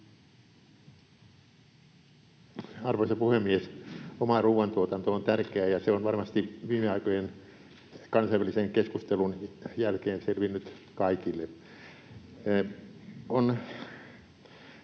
Arvoisa puhemies! Oma ruoantuotanto on tärkeää, ja se on varmasti viime aikojen kansainvälisen keskustelun jälkeen selvinnyt kaikille.